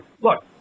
look